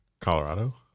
Colorado